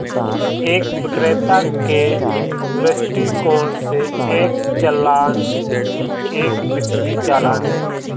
एक विक्रेता के दृष्टिकोण से, एक चालान एक बिक्री चालान है